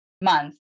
month